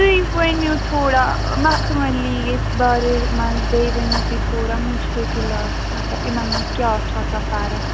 تُہۍ ؤنِو تھوڑا مکھملی ییٚس بارے منٛز بیٚیہِ ؤنِو تُہۍ تھوڑا میچھرِ گِلاس مطلب یِمَن منٛز کیٛاہ چھُ آسان فَرَق